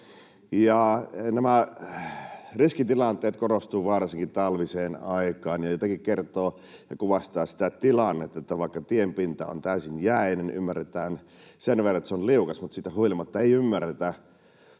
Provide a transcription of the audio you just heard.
Nämä riskitilanteet korostuvat varsinkin talviseen aikaan, ja jotenkin kertoo ja kuvastaa sitä tilannetta, että vaikka tienpinta on täysin jäinen, ymmärretään sen verran, että se on liukas, niin siitä huolimatta ei ymmärretä